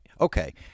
Okay